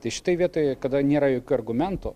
tai šitoj vietoje kada nėra jokių argumentų